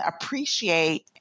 appreciate